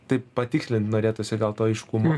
taip patikslint norėtųsi gal to aiškumo